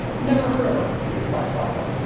never heard of her, he replied promptly.